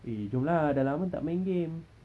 eh jom lah dah lama tak main game